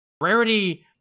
Rarity